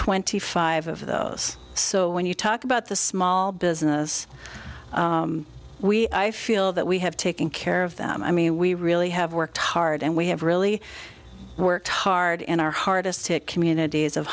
twenty five of us so when you talk about the small business we i feel that we have taken care of them i mean we really have worked hard and we have really worked hard in our hardest hit communities of